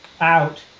out